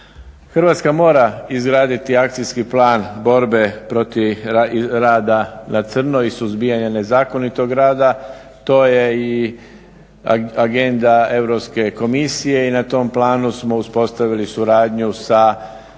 Hrvatska mora izraditi akcijski plan borbe protiv rada na crno i suzbijanje nezakonitog rada. To je i Agenda EU i na tom planu smo uspostavili suradnju sa nadležnim